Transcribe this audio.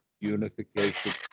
unification